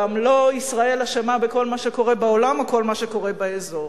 גם לא ישראל אשמה בכל מה שקורה בעולם או בכל מה שקורה באזור.